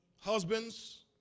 husbands